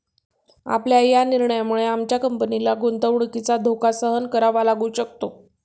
आपल्या या निर्णयामुळे आमच्या कंपनीला गुंतवणुकीचा धोका सहन करावा लागू शकतो